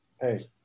hey